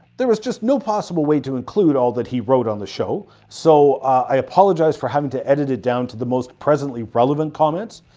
there was just no possible way to include all that he wrote on the show, so i apologize for having to edit it down to the most presently relevent comments.